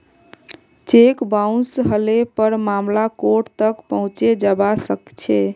cheque bounce हले पर मामला कोर्ट तक पहुंचे जबा सकछे